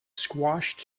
squashed